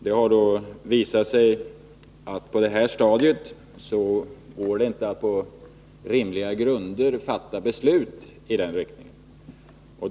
Det har därvid visat sig att det på detta stadium inte går att på rimliga grunder fatta beslut i den riktningen.